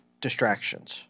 Distractions